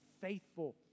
faithful